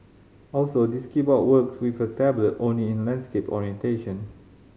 also this keyboard works with the tablet only in landscape orientation